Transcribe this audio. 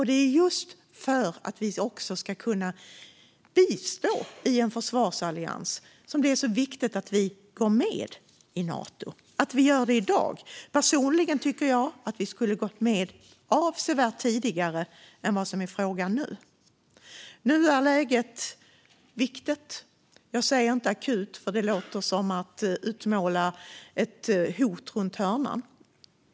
Det är just för att vi också ska kunna bistå i en försvarsallians som det är så viktigt att vi går med i Nato och att vi gör det i dag. Personligen tycker jag att vi skulle ha gått med avsevärt tidigare än det nu är frågan om. I detta läge är det viktigt - jag säger inte akut, för det blir som att utmåla ett hot runt hörnet.